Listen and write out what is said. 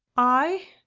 i!